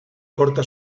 corta